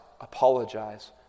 apologize